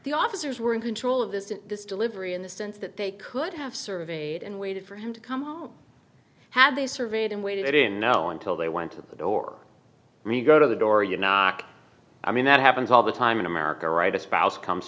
the officers were in control of this and this delivery in the sense that they could have surveyed and waited for him to come home had they surveyed and waited i didn't know until they went to the door me go to the door you knock i mean that happens all the time in america right a spouse comes